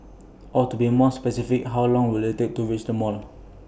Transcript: or to be more specific how long will IT take to reach the mall